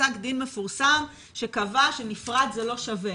בפסק דין מפורסם שקבע שנפרד זה לא שווה,